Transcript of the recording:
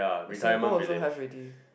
Singapore also have already